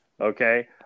Okay